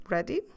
Ready